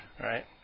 right